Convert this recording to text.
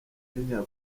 n’iya